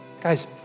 Guys